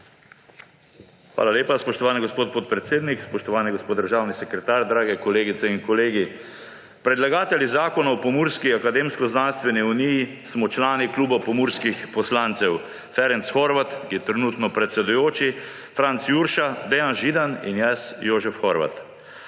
Hvala lepa, spoštovani gospod podpredsednik. Spoštovani gospod državni sekretar, drage kolegice in kolegi! Predlagatelji Zakona o Pomurski akademsko-znanstveni uniji smo člani Kluba pomurskih poslancev; Ferenc Horváth je trenutno predsedujoči, Franc Jurša, Dejan Židan in jaz, Jožef Horvat.